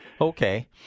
Okay